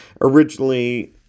originally